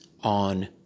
on